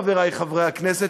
חברי חברי הכנסת,